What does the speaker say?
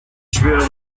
schwere